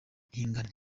ihangane